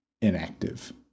inactive